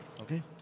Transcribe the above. Okay